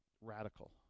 Radical